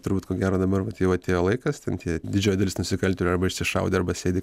turbūt ko gero dabar vat jau atėjo laikas ten tie didžioji dalis nusikaltėlių arba išsišaudė arba sėdi